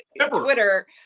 Twitter